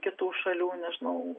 kitų šalių nežinau